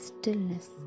stillness